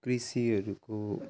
कृषिहरूको